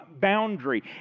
boundary